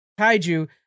kaiju